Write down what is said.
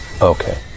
Okay